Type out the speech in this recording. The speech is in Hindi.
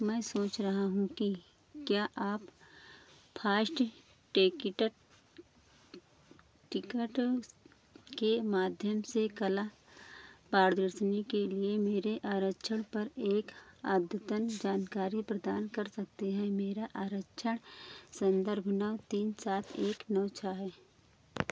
मैं सोच रहा हूँ कि क्या आप फ़ास्ट टेकिट टिकट के माध्यम से कला प्रदर्शनी के लिए मेरे आरक्षण पर एक अद्यतन जानकारी प्रदान कर सकते हैं मेरा आरक्षण संदर्भ नौ तीन सात एक नौ छः है